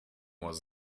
was